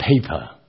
paper